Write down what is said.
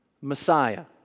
Messiah